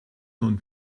nun